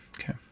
Okay